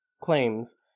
claims